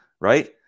Right